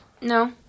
no